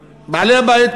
בעלי-הבית,